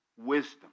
wisdom